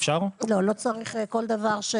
לא צריך כל דבר.